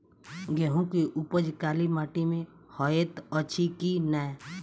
गेंहूँ केँ उपज काली माटि मे हएत अछि की नै?